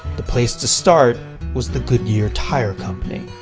the place to start was the goodyear tire company,